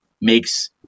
makes